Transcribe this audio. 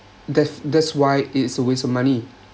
that's that's why it's a waste of money